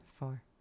four